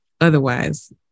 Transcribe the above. otherwise